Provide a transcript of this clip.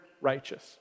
righteous